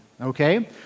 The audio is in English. okay